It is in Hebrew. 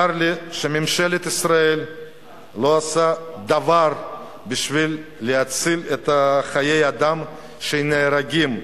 צר לי שממשלת ישראל לא עושה דבר בשביל להציל את חיי האנשים שנהרגים.